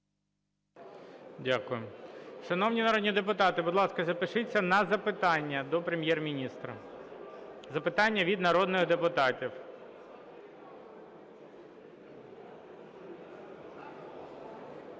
Дякую. Шановні народні депутати, будь ласка, запишіться на запитання до Прем'єр-міністра. Запитання від народних депутатів.